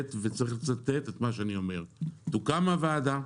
תוקם הוועדה,